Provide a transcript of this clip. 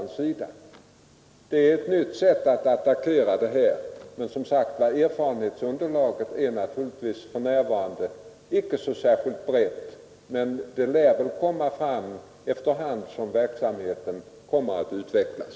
Det är fråga om ett nytt sätt att attackera dessa frågor. Erfarenhetsunderlaget är som sagt för närvarande icke särskilt brett, men det lär väl komma att vidgas efter hand som verksamheten utvecklas